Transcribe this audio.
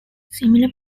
similar